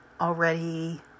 already